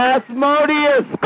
Asmodeus